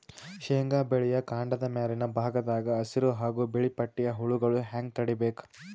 ಶೇಂಗಾ ಬೆಳೆಯ ಕಾಂಡದ ಮ್ಯಾಲಿನ ಭಾಗದಾಗ ಹಸಿರು ಹಾಗೂ ಬಿಳಿಪಟ್ಟಿಯ ಹುಳುಗಳು ಹ್ಯಾಂಗ್ ತಡೀಬೇಕು?